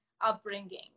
upbringing